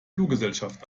fluggesellschaft